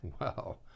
Wow